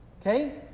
okay